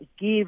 give